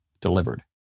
delivered